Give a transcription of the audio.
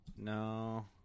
No